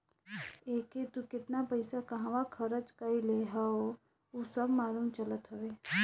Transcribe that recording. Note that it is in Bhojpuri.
एके तू केतना पईसा कहंवा खरच कईले हवअ उ सब मालूम चलत हवे